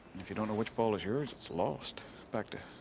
if you don't know which ball is yours its lost back to